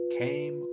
came